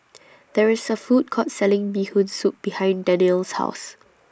There IS A Food Court Selling Bee Hoon Soup behind Danniel's House